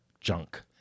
junk